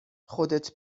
خودت